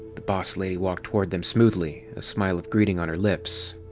the boss lady walked toward them smoothly, a smile of greeting on her lips.